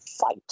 fight